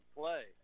play